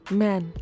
men